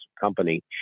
company